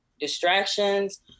distractions